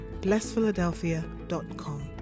blessphiladelphia.com